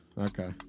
Okay